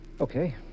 Okay